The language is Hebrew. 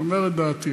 אני אומר רק את דעתי,